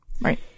Right